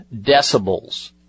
decibels